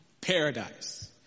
paradise